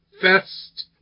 fest